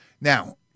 Now